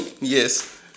Yes